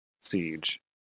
siege